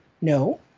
No